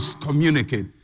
communicate